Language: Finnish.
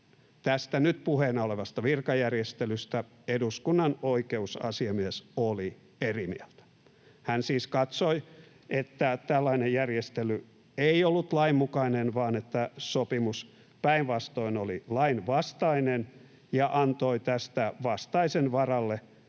tästä nyt puheena olevasta virkajärjestelystä eduskunnan oikeusasiamies oli eri mieltä. Hän siis katsoi, että tällainen järjestely ei ollut lainmukainen vaan että sopimus päinvastoin oli lainvastainen, ja antoi tästä vastaisen varalle